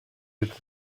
with